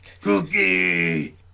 Cookie